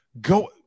go